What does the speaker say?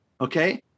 Okay